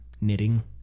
Knitting